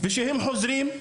כשהם חוזרים,